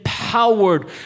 empowered